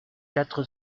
quatre